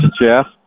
Jeff